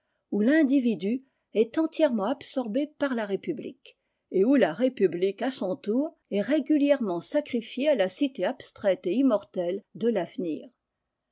oîi l'individu est entièrement absorbé par la république et où la république à son tour est régulièrement sacrifiée à la cité abstraite et immortelle de lavenir